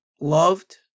loved